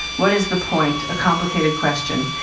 what is the point? a complicated question.